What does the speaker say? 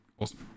awesome